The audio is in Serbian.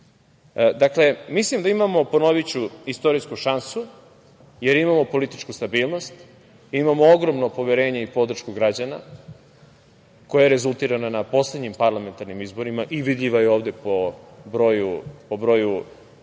mislim da imamo istorijsku šansu, jer imamo političku stabilnost, imamo ogromno poverenje i podršku građana koja je rezultirana na poslednjim parlamentarnim izborima i vidljiva je ovde po broju